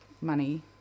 money